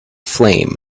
flame